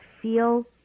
feel